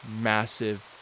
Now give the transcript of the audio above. massive